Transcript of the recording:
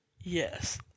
yes